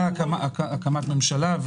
הקמת ממשלה,